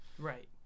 Right